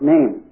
Name